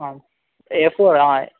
ಹಾಂ A four ಹಾಂ